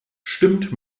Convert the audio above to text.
stimmt